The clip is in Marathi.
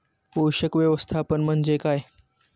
पोषक व्यवस्थापन म्हणजे काय?